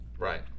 Right